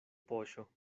poŝo